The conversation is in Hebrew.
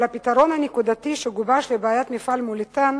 אבל הפתרון הנקודתי שגובש לבעיית מפעל "מוליתן"